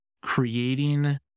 creating